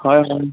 হয় হয়